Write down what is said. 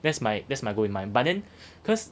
that's my that's my goal in mind but then cause